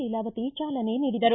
ಲೀಲಾವತಿ ಚಾಲನೆ ನೀಡಿದರು